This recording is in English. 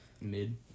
Mid